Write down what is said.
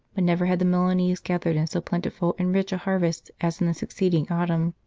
but never had the milanese gathered in so plentiful and rich a harvest as in the succeeding autumn.